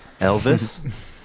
Elvis